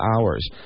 hours